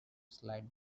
slide